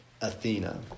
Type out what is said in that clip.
Athena